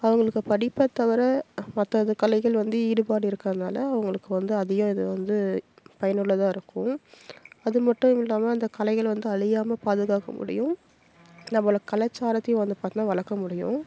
அவங்களுக்கு படிப்பை தவிர மற்ற இது கலைகள் வந்து ஈடுபாடு இருக்கறதுனால அவங்களுக்கு வந்து அதிகம் இது வந்து பயனுள்ளதாக இருக்கும் அது மட்டும் இல்லாமல் அந்த கலைகள் வந்து அழியாம பாதுகாக்க முடியும் நம்மளோட கலாச்சாரத்தையும் வந்து பார்த்திங்கனா வளர்க்க முடியும்